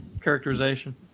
characterization